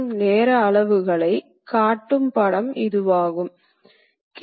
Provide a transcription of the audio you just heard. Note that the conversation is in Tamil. கைமுறை ஆபரேட்டர்கள் அத்தகைய கட்டுப்பாட்டைப் பயன்படுத்த முடியாது